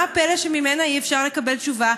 מה הפלא שממנה אי-אפשר לקבל תשובה?